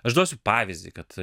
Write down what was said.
aš duosiu pavyzdį kad